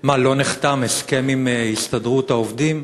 מה, לא נחתם הסכם עם הסתדרות העובדים?